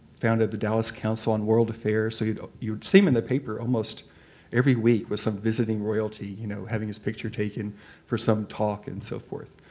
founded the dallas council on world affairs. so you would see him in the paper almost every week with some visiting royalty, you know having his picture taken for some talk and so forth.